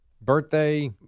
Birthday